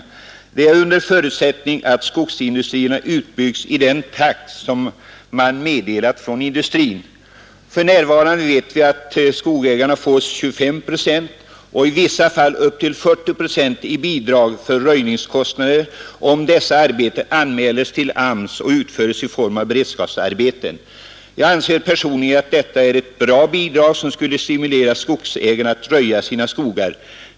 Detta gäller under förutsättning att skogsindustrierna utbyggs i den takt som man meddelat från industrin. För närvarande får skogsägarna 25 procent och i vissa fall upp till 40 procent i bidrag för röjningskostnaderna om dessa arbeten anmäls till AMS och utförs i form av beredskapsarbeten. Jag anser personligen att detta är ett bra bidrag som skulle stimulera skogsägarna att röja sina skogar.